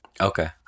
Okay